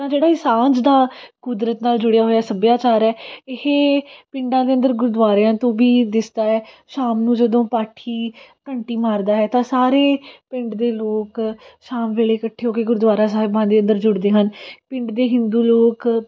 ਤਾਂ ਜਿਹੜਾ ਇਹ ਸਾਂਝ ਦਾ ਕੁਦਰਤ ਨਾਲ਼ ਜੁੜਿਆ ਹੋਇਆ ਸੱਭਿਆਚਾਰ ਹੈ ਇਹ ਪਿੰਡਾਂ ਦੇ ਅੰਦਰ ਗੁਰਦੁਆਰਿਆਂ ਤੋਂ ਵੀ ਦਿਸਦਾ ਹੈ ਸ਼ਾਮ ਨੂੰ ਜਦੋਂ ਪਾਠੀ ਘੰਟੀ ਮਾਰਦਾ ਹੈ ਤਾਂ ਸਾਰੇ ਪਿੰਡ ਦੇ ਲੋਕ ਸ਼ਾਮ ਵੇਲੇ ਇਕੱਠੇ ਹੋ ਕੇ ਗੁਰਦੁਆਰਾ ਸਾਹਿਬਾਂ ਦੇ ਅੰਦਰ ਜੁੜਦੇ ਹਨ ਪਿੰਡ ਦੇ ਹਿੰਦੂ ਲੋਕ